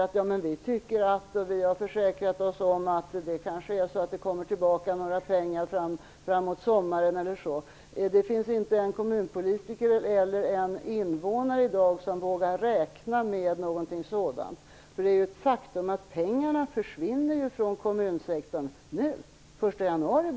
Han säger: Men vi tycker att vi har försäkrat oss om att det kanske är så att det kommer tillbaka några pengar framåt sommaren eller så. Det finns inte en kommunpolitiker eller invånare som i dag vågar räkna med någonting sådant. Därför att det är ju ett faktum att pengarna börjar försvinna från kommunsektorn från den 1 januari.